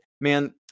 man